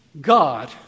God